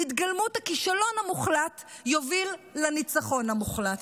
התגלמות הכישלון המוחלט תוביל לניצחון המוחלט.